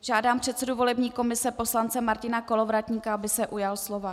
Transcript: Žádám předsedu volební komise poslance Martina Kolovratníka, aby se ujal slova.